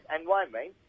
environment